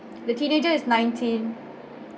the teenager is nineteen